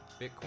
Bitcoin